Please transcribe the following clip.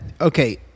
okay